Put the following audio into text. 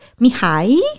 Mihai